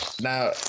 Now